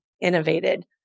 innovated